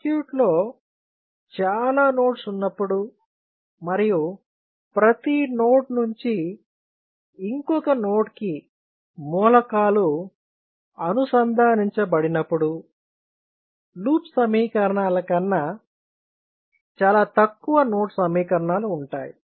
సర్క్యూట్లో చాలా నోడ్స్ ఉన్నప్పుడు మరియు ప్రతి నోడ్ నుంచి ఇంకొక నోడ్ కి మూలకాలు అనుసంధానించబడినప్పుడు లూప్ సమీకరణాల కన్నా చాలా తక్కువ నోడల్ సమీకరణాలు ఉంటాయి